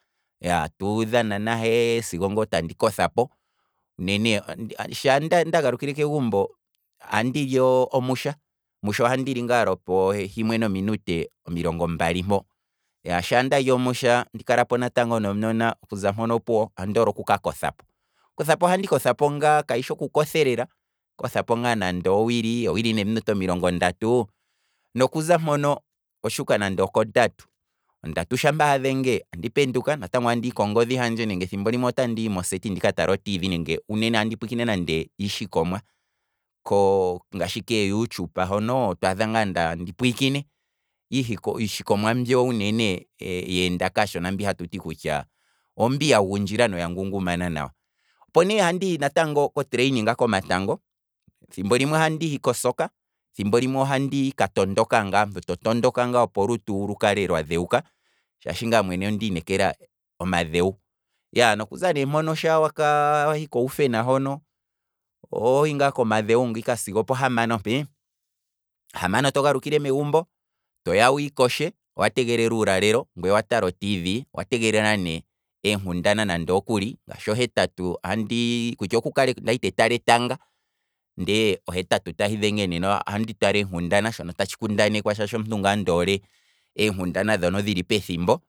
Ya, atu dhana nahe sigo ngaa andi kothapo. unene sha nda- nda- ndagalukile kegumbo ohandili omusha, omusha ohandili ngaa lopohimwe nemunute omilongo mbali mpo, shaa ndali omusha andi kalapo natango nomunona, okuza mpono opuwo ondoole okuka kothapo, oku kothapo ohandi kothapo ngaa, kayishi oku kothelela andi kothapo ngaa nande owili, owili neminute omulongo omilongo ndatuu, nokuza mpono otshuuka nande oko ndatu, ondatu shaa hadhenge, andi penduka, natango andii kongodhi handje nenge thimbo liwme andii moseti ndika tale otv nenge uunene andi pwiikine nande iishikomwa koo ngashi kee youtube hono, twaadha nga andi pwiikine iishikomwa mbi uunene yeenda katshona hatuti kutya, oombi ya gundjila noya ngungumana nawa, opo ne ohandi kotraining komatango, thimbo limwe ohandii ko soccer, thimbo limwe ohandika tondoka ngaa, omuntu to tondoka ngaa opo olutu lukale lwa dhewuka, shaashi ngaa mwene ondi inekela omadhewo, nokuza ne mpono sha wahi kouvena hono, ohohi ngaa komadhewo sigo opohamano ngaa mpe, ohamano to galukile megumbo, toya wiikoshe, owa tegelela uulale, ngwee watala o tv wa tegelela eenkundana nande okuli, ngaashi ohetatu, kutya okukale kwali te tala etanga ndee ohetatu tahi dhenge nena ohandi tala eenkundana shono tashi kundanekwa shaashi omuntu ngaa ndoole eenkundana dhono dhili pethimbo.